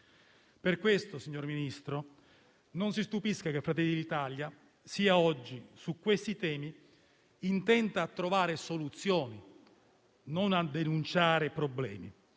Per questo, signor Ministro, non si stupisca che Fratelli d'Italia sia oggi, su questi temi, intenta a cercare soluzioni, non a denunciare problemi,